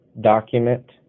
document